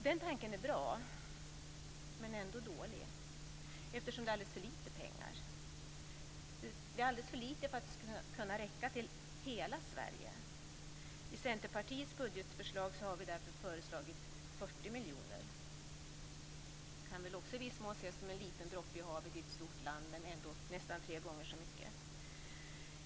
Den tanken är bra, men ändå dålig eftersom det är alldeles för lite pengar. Det är alldeles för lite för att det skall kunna räcka till hela Sverige. I Centerpartiets budgetförslag har vi därför föreslagit 40 miljoner. Det kan väl också i viss mån ses som en liten droppe i havet i ett stort land. Men det är ändå nästan tre gånger så mycket.